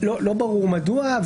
לא ברור מדוע.